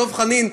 דב חנין,